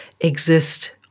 exist